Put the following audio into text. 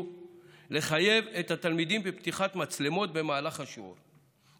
לחייב את תלמידיהם בפתיחת מצלמות במהלך השיעור,